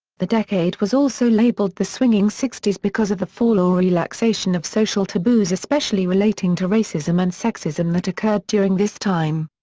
the decade was also labeled the swinging sixties because of the fall or relaxation of social taboos especially relating to racism and sexism that occurred during this time.